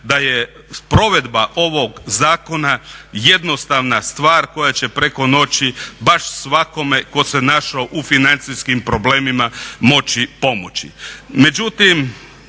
da je provedba ovog zakona jednostavna stvar koja će preko noći baš svakome tko se našao u financijskim problemima moći pomoći.